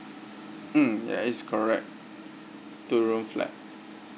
mm that is correct two room flat